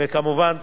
וכמובן,